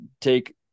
take